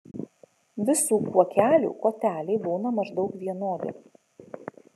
visų kuokelių koteliai būna maždaug vienodi